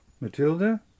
Matilda